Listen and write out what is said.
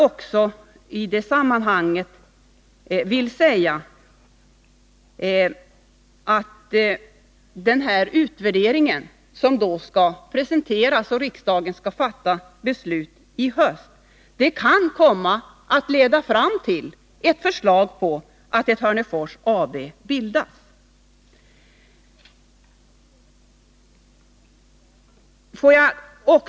I det sammanhanget vill jag framhålla att utvärderingen, som senare skall presenteras och som riksdagen skall fatta beslut om i höst, kan leda fram till ett förslag om att ett Hörnefors AB skall bildas.